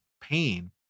pain